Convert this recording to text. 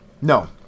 No